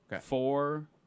Four